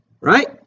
right